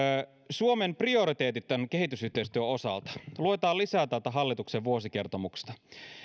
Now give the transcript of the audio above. suomen prioriteetit kehitysyhteistyön osalta luetaan lisää täältä hallituksen vuosikertomuksesta